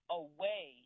away